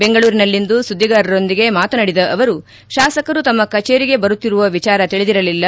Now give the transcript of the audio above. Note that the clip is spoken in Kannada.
ಬೆಂಗಳೂರಿನಲ್ಲಿಂದು ಸುದ್ದಿಗಾರರೊಂದಿಗೆ ಮಾತನಾಡಿದ ಅವರು ಶಾಸಕರು ತಮ್ಮ ಕಚೇರಿಗೆ ಬರುತ್ತಿರುವ ವಿಚಾರ ತಿಳಿದಿರಲಿಲ್ಲ